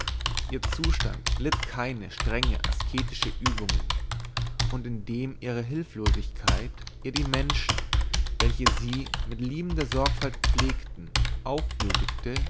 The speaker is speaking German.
ihr zustand litt keine strenge asketische übungen und indem ihre hülflosigkeit ihr die menschen welche sie mit liebender sorgfalt pflegten